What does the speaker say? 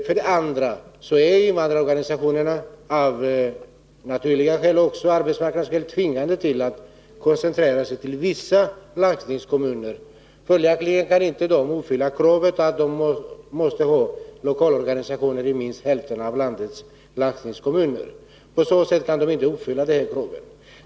För det andra är invandrarorganisationerna, också av naturliga skäl och av arbetsmarknadspolitiska skäl, tvingade att koncentrera sin verksamhet till vissa landstingskommuner. Följaktligen kan de inte uppfylla kravet att ha lokalorganisationer i minst hälften av landets landstingskommuner.